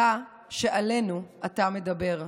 דע שעלינו אתה מדבר,